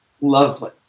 lovely